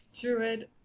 Druid